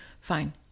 fine